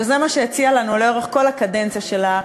שזה מה שהיא הציעה לנו לאורך כל הקדנציה שלה,